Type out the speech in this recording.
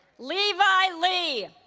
levi lee